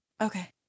Okay